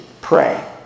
pray